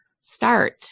start